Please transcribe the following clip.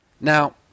Now